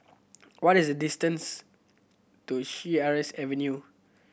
what is the distance to Sheares Avenue